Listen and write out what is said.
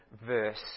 verse